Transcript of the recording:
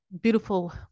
beautiful